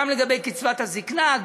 גם לגבי קצבת הזיקנה,